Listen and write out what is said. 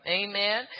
amen